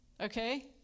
Okay